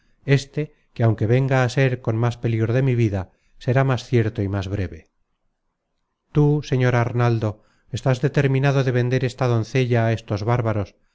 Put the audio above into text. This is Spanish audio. éste que aunque venga á ser con más peligro de mi vida será más cierto y más breve tú señor arnaldo estás determinado de vender esta doncella á estos bárbaros